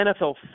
nfl